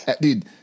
dude